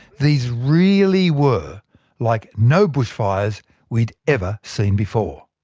these really were like no bushfires we'd ever seen before.